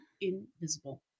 invisible